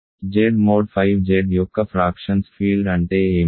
Z mod 5 Z యొక్క fractions field అంటే ఏమిటి